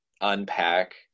unpack